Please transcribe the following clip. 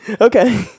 Okay